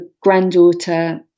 granddaughter